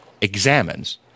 examines